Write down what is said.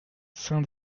saint